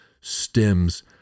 stems